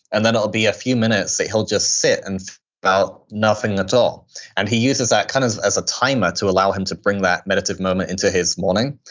and then it'll be a few minutes that he'll just sit and about nothing at all and he uses that kind of as a timer to allow him to bring that meditative moment into his morning.